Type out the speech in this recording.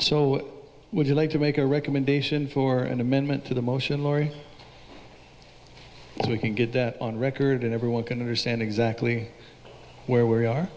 so would you like to make a recommendation for an amendment to the motion lorry so we can get that on record and everyone can understand exactly where we are